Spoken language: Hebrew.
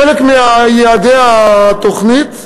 חלק מיעדי התוכנית,